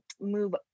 move